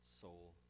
soul